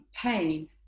Pain